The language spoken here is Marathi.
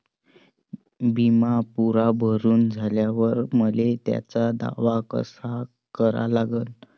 बिमा पुरा भरून झाल्यावर मले त्याचा दावा कसा करा लागन?